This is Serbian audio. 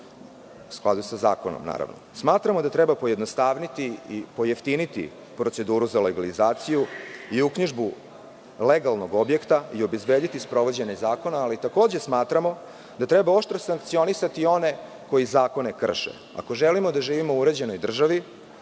i ispunjavali svoje obaveze. Smatramo da treba pojednostaviti i pojeftiniti proceduru za legalizaciju i uknjižbu legalnog objekta i obezbediti sprovođenje zakona ali takođe smatramo da treba oštro sankcionisati one koji zakone krše. Ako želimo da živimo u uređenoj državi